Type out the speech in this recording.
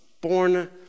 born